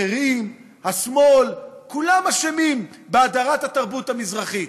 אחרים, השמאל, כולם אשמים בהדרת התרבות המזרחית.